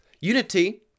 Unity